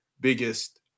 biggest